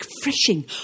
refreshing